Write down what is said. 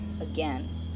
again